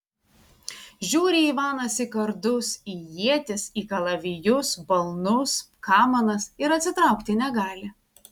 žiūri ivanas į kardus į ietis į kalavijus balnus kamanas ir atsitraukti negali